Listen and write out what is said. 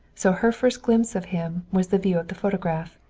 so her first glimpse of him was the view of the photograph.